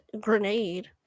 grenade